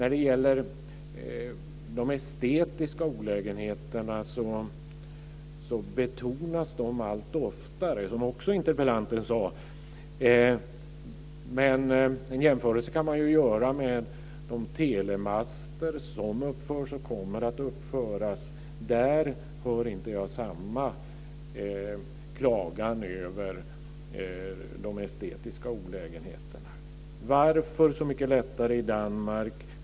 De estetiska olägenheterna betonas allt oftare, som också interpellanten sade. Men man kan ju jämföra med de telemaster som uppförs och kommer att uppföras. Där hör jag inte samma klagan över de estetiska olägenheterna. Varför så mycket lättare i Danmark?